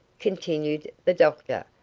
continued the doctor,